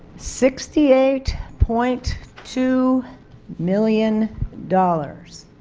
sixty eight point two million dollars.